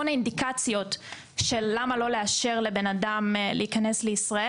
אינדיקציות למה לא לאשר לבן אדם להיכנס לישראל.